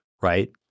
right